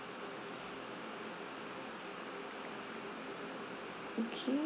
okay